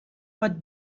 pot